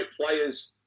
players